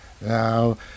Now